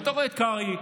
אתה רואה את קרעי,